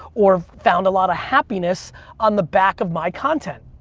or found a lot of happiness on the back of my content.